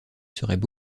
seraient